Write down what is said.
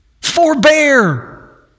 forbear